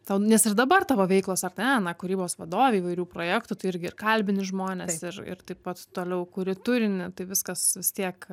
tau nes ir dabar tavo veiklos ar ne na kūrybos vadovė įvairių projektų tu irgi kalbini žmone ir ir taip pat toliau kuri turinį tai viskas vis tiek